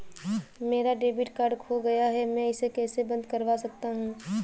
मेरा debit card खो गया है मैं इसे कैसे बंद करवा सकता हूँ?